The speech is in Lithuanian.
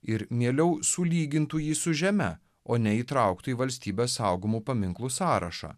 ir mieliau sulygintų jį su žeme o neįtrauktų į valstybės saugomų paminklų sąrašą